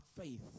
faith